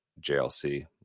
JLC